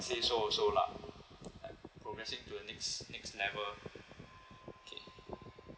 say so also lah like progressing to the next next level okay